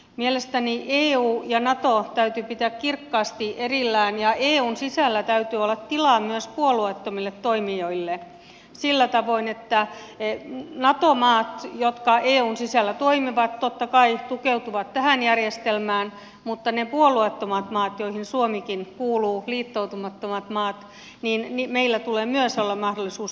mielestäni eu ja nato täytyy pitää kirkkaasti erillään ja eun sisällä täytyy olla tilaa myös puolueettomille toimijoille sillä tavoin että nato maat jotka eun sisällä toimivat totta kai tukeutuvat tähän järjestelmään mutta niillä puolueettomilla mailla joihin suomikin kuuluu liittoutumattomilla mailla tulee myös olla mahdollisuus toimia